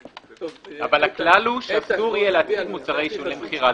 אבל הכלל הוא שאסור יהיה להציג מוצרי עישון למכירה.